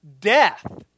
death